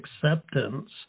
acceptance